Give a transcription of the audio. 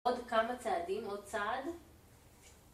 עוד כמה צעדים, עוד צעד